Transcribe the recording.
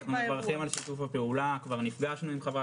גם אתרי אינטרנט,